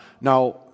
Now